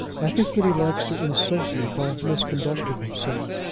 i think that he likes to insult me by misconducting himself.